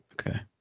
Okay